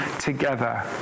together